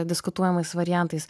diskutuojamais variantais